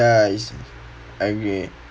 okay